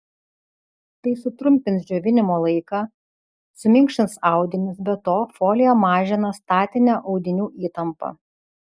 tai sutrumpins džiovinimo laiką suminkštins audinius be to folija mažina statinę audinių įtampą